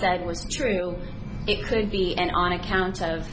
said was true it could be an on account of